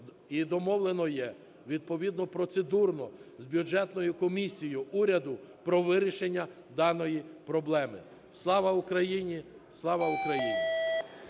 і домовлено є відповідно процедурно з бюджетною комісією уряду про вирішення даної проблеми. Слава Україні! Слава Україні!